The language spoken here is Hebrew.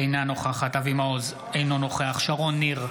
אינה נוכחת אבי מעוז, אינו נוכח שרון ניר,